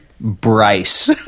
bryce